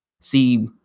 see